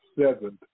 seventh